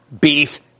beef